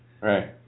right